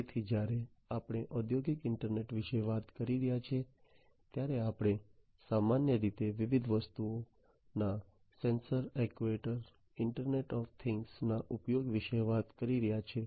તેથી જ્યારે આપણે ઔદ્યોગિક ઇન્ટરનેટ વિશે વાત કરી રહ્યા છીએ ત્યારે આપણે સામાન્ય રીતે વિવિધ વસ્તુઓના sensor actuator internet of thing ના ઉપયોગ વિશે વાત કરી રહ્યા છીએ